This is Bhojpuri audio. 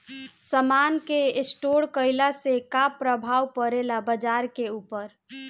समान के स्टोर काइला से का प्रभाव परे ला बाजार के ऊपर?